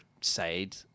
side